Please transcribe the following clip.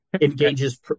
engages